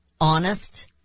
honest